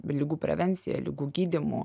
ligų prevencija ligų gydymu